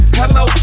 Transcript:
hello